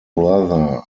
brother